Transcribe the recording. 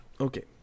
Okay